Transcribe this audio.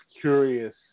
curious